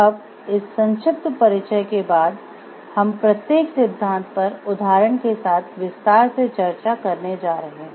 अब इस संक्षिप्त परिचय के बाद हम प्रत्येक सिद्धांत पर उदाहरण के साथ विस्तार से चर्चा करने जा रहे हैं